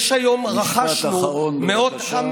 יש היום, רכשנו מאות, משפט אחרון, בבקשה.